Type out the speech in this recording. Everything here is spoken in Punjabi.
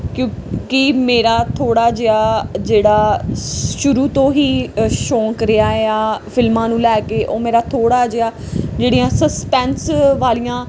ਕਿਉਂਕਿ ਮੇਰਾ ਥੋੜ੍ਹਾ ਜਿਹਾ ਜਿਹੜਾ ਸ਼ੁਰੂ ਤੋਂ ਹੀ ਅ ਸ਼ੌਂਕ ਰਿਹਾ ਆ ਫਿਲਮਾਂ ਨੂੰ ਲੈ ਕੇ ਉਹ ਮੇਰਾ ਥੋੜ੍ਹਾ ਜਿਹਾ ਜਿਹੜੀਆਂ ਸਸਪੈਂਸ ਵਾਲੀਆਂ